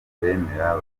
abemera